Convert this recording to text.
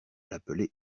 l’appeler